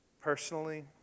Personally